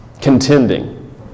Contending